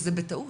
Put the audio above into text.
שזה בטעות